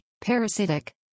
parasitic